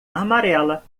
amarela